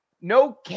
No